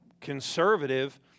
conservative